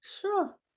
Sure